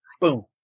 boom